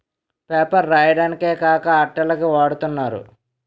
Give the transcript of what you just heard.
paper రాయడానికే కాక అట్టల కి వాడతన్నారు